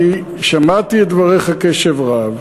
אני שמעתי את דבריך בקשב רב,